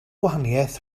gwahaniaeth